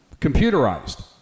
computerized